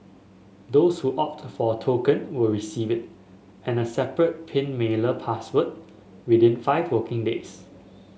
those who opt for a token will receive it and a separate pin mailer password within five working days